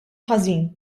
ħażin